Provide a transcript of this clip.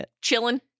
chilling